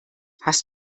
hast